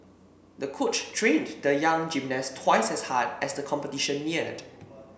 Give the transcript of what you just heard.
the coach trained the young gymnast twice as hard as the competition neared